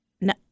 no